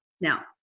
Now